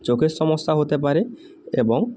চোখের সমস্যা হতে পারে এবং